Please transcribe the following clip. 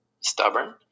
stubborn